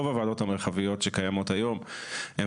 רוב הוועדות המרחביות שקיימות היום הן